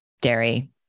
dairy